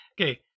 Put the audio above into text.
okay